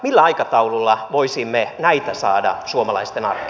millä aikataululla voisimme näitä saada suomalaisten arkeen